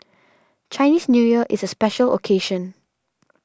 Chinese New Year is a special occasion